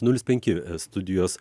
nulis penki studijos